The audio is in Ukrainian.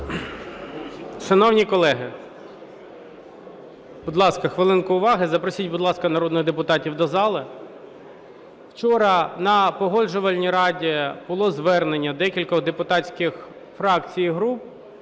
Шановні колеги, будь ласка, хвилинку уваги. Запросіть, будь ласка, народних депутатів до зали. Вчора на Погоджувальній раді було звернення декількох депутатських фракцій і груп